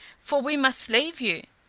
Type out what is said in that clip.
for we must leave you.